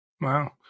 Wow